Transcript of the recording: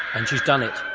and she's done it.